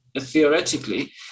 theoretically